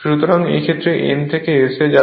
সুতরাং এই ক্ষেত্রে এটি N থেকে S এ যাবে